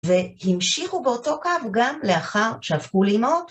והמשיכו באותו קו גם לאחר שהפכו לאמהות.